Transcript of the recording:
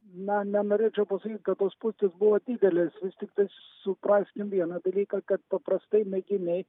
na nenorėčiau pasakyt kad tos spustys buvo didelės vis tiktais supraskim vieną dalyką kad paprastai mėginiai